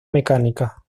mecánica